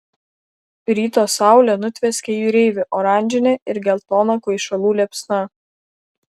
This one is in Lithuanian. ryto saulė nutvieskė jūreivį oranžine ir geltona kvaišalų liepsna